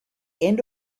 end